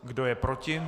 Kdo je proti?